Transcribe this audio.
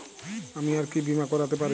আমি আর কি বীমা করাতে পারি?